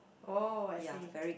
oh I see